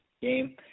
game